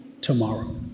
tomorrow